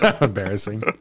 Embarrassing